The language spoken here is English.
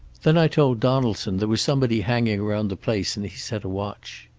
then i told donaldson there was somebody hanging round the place, and he set a watch.